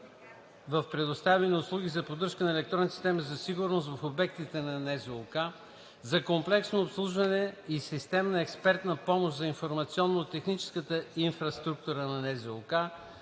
за предоставяне на услуги за поддръжка на електронните системи за сигурност в обектите на НЗОК, за комплексно обслужване и системна експертна помощ за информационно-техническата инфраструктура на НЗОК,